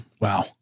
Wow